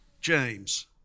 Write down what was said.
James